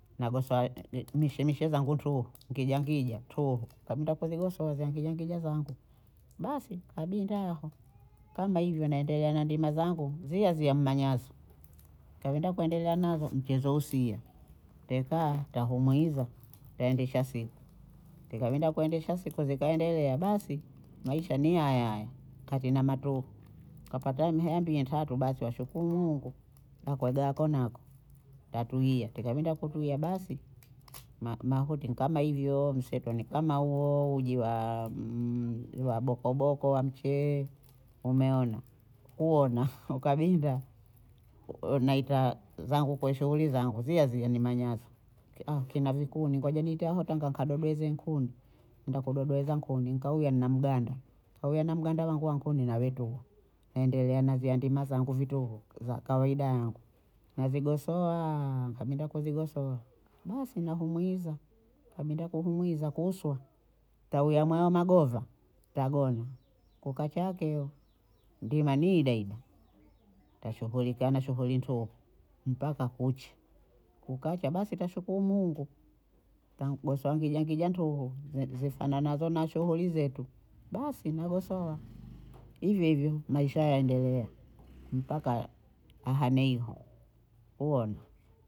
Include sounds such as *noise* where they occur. Nagosowa *hesitation* mishemishe zangu tu ngijangija tuhu, nikabinda kuzigosowa za ngijangija zangu basi kabinda aho kama hivyo naendelea na ndima zangu ziyaziya mmanyazo, kabinda kuendelea nazo, mchezo huu sio tekaa takumuiza taendesha si. tikabinda kuendesha si siku zikaendelea basi Maisha ni hayahaya katina matuhu, kapata miheya mbiyi tatu basi washukuru Mungu akuaga akonako tatulia, tikabinda kutulia basi, mahuti ni kama hivyo, mesto ni kama huo, uji *hesitation* waa- mm- wabokoboko wa mcheye umeona kuona ukabinda *laughs* unaita zangu kwa shughuli zangu ziyaziya nimanyazo *hesitation* kina vikuni ngoja niite aho tanga kadodweze nkuni, naenda kudodweza nkuni nkauya nna mganda, nkauya na mganda wa kuni nawe tuhu naendelea navyia ndima zangu vituhu za kawaida yangu *hesitation* navigosowaaa, nikabinda kuvigosowa basi nahumwiza, kabinda kuhumwiza kuswa, tawia mwamagova tagona kukacka keo ndima ni ileile tashughulika na shughuli ntuhu mpaka kuche, kukacha basi twashukuru Mungu, tangosowa ngijangija ntuhu *hesitation* zi- zifananazo na shughuli zetu basi nagosowa, hivyohivyo Maisha yaendelea mpaka ahaneihu huona